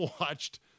watched